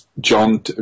John